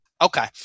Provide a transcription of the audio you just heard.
Okay